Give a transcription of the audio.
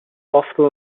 often